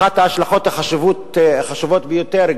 אחת ההשלכות החשובות ביותר,